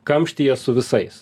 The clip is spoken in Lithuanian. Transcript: kamštyje su visais